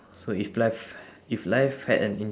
so if life if life had an in~